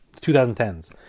2010s